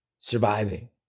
surviving